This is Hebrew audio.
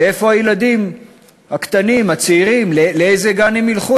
ואיפה הילדים הקטנים, הצעירים, לאיזה גן הם ילכו?